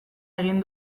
egin